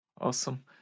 awesome